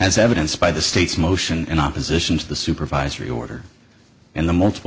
as evidence by the state's motion in opposition to the supervisory order in the multiple